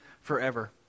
forever